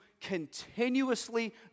continuously